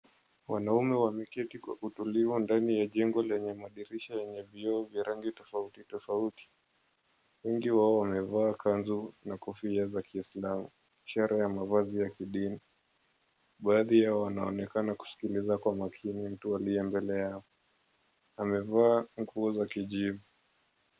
Wanaume wameketi kwa kutulia ndani ya jengo lenye madirisha yenye vioo vya rangi tofauti tofauti. Wengi wao wamevaa kanzu na kofia za kiislamu, ishara ya mavazi ya kidini. Baadhi yao wanaonekana kusikiliza kwa makini mtu aliye mbele yao. Amevaa nguo za kijivu.